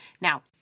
Now